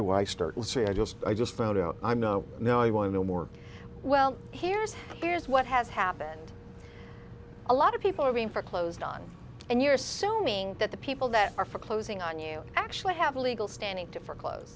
say i just i just found out i'm no no i want to know more well here's here's what has happened a lot of people are being foreclosed on and you're assuming that the people that are foreclosing on you actually have a legal standing to for clo